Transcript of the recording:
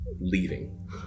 leaving